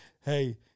Hey